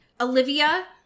Olivia